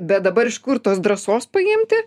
bet dabar iš kur tos drąsos paimti